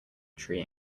tree